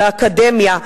באקדמיה,